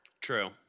True